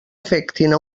afectin